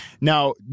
Now